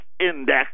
index